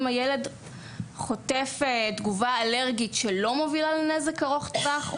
אם הילד חוטף תגובה אלרגית שלא מובילה לנזק ארוך טווח,